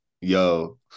Yo